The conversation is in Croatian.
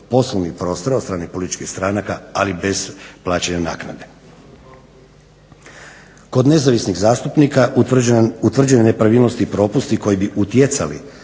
poslovnih prostora od strane političkih stranaka ali bez plaćanja naknade. Kod nezavisnih zastupnika utvrđene nepravilnosti i propusti koji bi utjecali